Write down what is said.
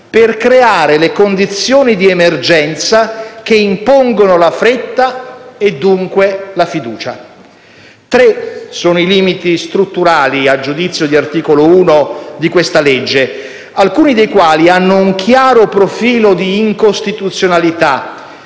per creare le condizioni di emergenza che impongono la fretta e, dunque, la fiducia. Tre sono i limiti strutturali, a giudizio di Articolo 1, di questa legge, alcuni dei quali hanno un chiaro profilo di incostituzionalità